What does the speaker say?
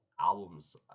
albums